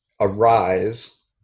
arise